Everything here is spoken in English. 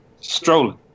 Strolling